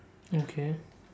okay